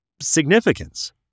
significance